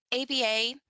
ABA